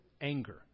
anger